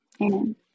amen